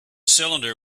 cylinder